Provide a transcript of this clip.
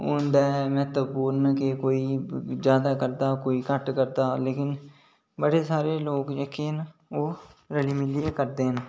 होंदाऐ महत्वपूर्ण कि कोई जादै करदा कोई घट्ट करदा लेकिन बड़े सारे लोग जेह्के न ओह् रली मिलियै करदे न